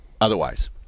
otherwise